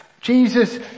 Jesus